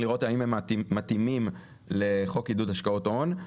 לראות האם הם מתאימים לחוק עידוד השקעות הון,